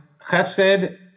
chesed